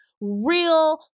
Real